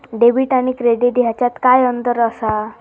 Debit आणि credit ह्याच्यात काय अंतर असा?